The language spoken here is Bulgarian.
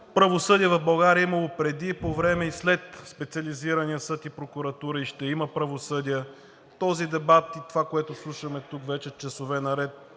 Правосъдие в България е имало преди, по време и след Специализирания съд и прокуратура, и ще има правосъдие. Този дебат и това, което слушаме тук вече часове наред,